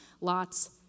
Lot's